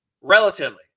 relatively